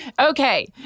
Okay